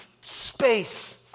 space